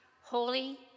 holy